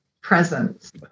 presence